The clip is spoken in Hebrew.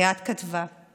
עירד כתבה: